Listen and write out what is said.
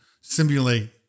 simulate